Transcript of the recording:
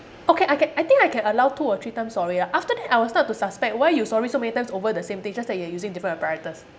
okay I ca~ I think I can allow two or three times sorry ah after that I will start to suspect why you sorry so many times over the same thing just that you're using different apparatus